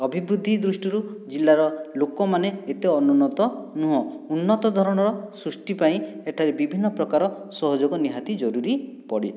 ଅଭିବୃଦ୍ଧି ଦୃଷ୍ଟିରୁ ଜିଲ୍ଲାର ଲୋକମାନେ ଏତେ ଅନୁନ୍ନତ ନୁହଁ ଉନ୍ନତ ଧରଣର ସୃଷ୍ଟି ପାଇଁ ଏଠାରେ ବିଭିନ୍ନ ପ୍ରକାର ସହଯୋଗ ନିହାତି ଜରୁରି ପଡ଼େ